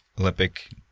Olympic